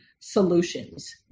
solutions